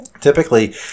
Typically